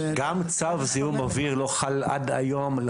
גם צו זיהום אוויר לא חל עד היום,